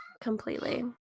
Completely